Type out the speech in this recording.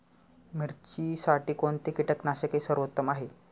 मिरचीसाठी कोणते कीटकनाशके सर्वोत्तम आहे?